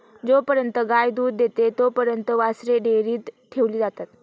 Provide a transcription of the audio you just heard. जोपर्यंत गाय दूध देते तोपर्यंत वासरे डेअरीत ठेवली जातात